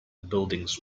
buildings